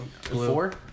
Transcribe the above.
four